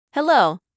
Hello